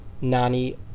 Nani